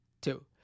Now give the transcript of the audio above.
two